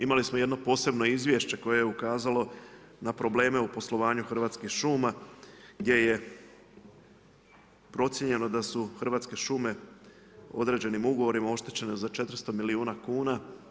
Imali smo jedno posebno izvješće koje je ukazalo na probleme u poslovanju Hrvatskih šuma gdje je procijenjeno da su Hrvatske šume određenim ugovorima oštećene za 400 milijuna kuna.